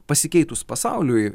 pasikeitus pasauliui